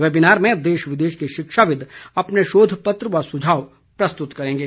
webinar में देश विदेश के शिक्षाविद अपने शोध पत्र व सुझाव प्रस्तुत करेंगे